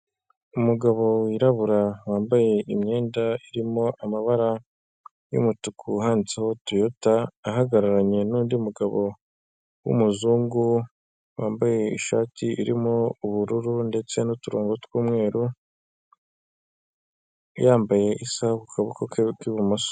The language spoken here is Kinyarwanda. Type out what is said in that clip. Umugabo wirabura wambaye imyenda irimo amabara y'umutuku handitseho Toyota, ahagararanye n'undi mugabo w'umuzungu wambaye ishati irimo ubururu ndetse n'uturongo tw'umweru, yambaye isaha ku kaboko ke k'ibumoso...